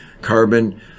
carbon